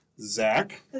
Zach